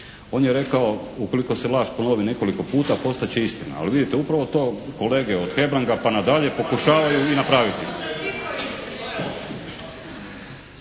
On je rekao ukoliko se laž ponovi nekoliko puta postat će istina. Ali vidite upravo to kolege od Hebranga pa nadalje pokušavaju i napraviti.